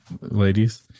ladies